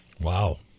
Wow